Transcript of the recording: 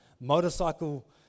motorcycle